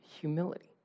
humility